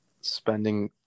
spending